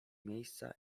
miejsca